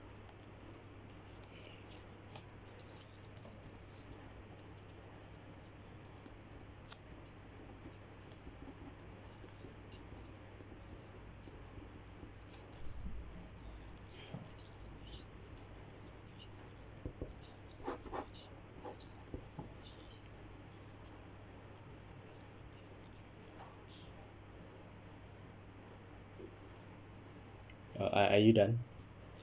uh are are you done